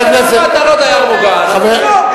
אבל, אתה לא דייר מוגן, אז לא.